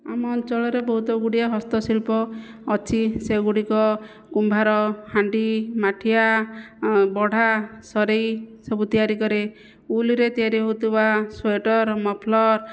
ଆମ ଅଞ୍ଚଳରେ ବହୁତଗୁଡ଼ିଏ ହସ୍ତଶିଳ୍ପ ଅଛି ସେଗୁଡ଼ିକ କୁମ୍ଭାର ହାଣ୍ଡି ମାଠିଆ ବଢ଼ା ସରେଇ ସବୁ ତିଆରି କରେ ଊଲ୍ରେ ତିଆରି ହେଉଥିବା ସ୍ଵେଟର ମଫଲର୍